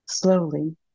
Slowly